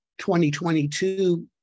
2022